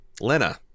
Lena